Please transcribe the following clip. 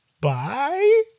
Bye